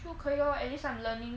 就可以 lor at least I'm learning